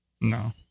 no